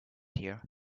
here